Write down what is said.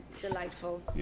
Delightful